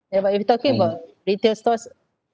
ya but if you're talking about retail stores